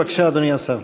בבקשה, אדוני השר.